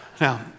Now